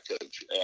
coach